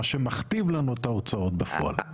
מה שמכתיב לנו את ההוצאות בפועל.